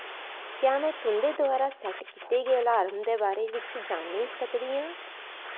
क्या में तुं'दे द्वारा सेट कीते गे अलार्म दे बारे बिच जानी सकदी आं